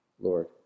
Lord